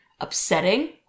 upsetting